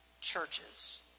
churches